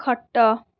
ଖଟ